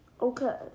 Okay